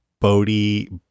Bodhi